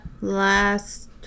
last